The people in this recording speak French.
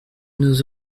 nous